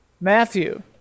Matthew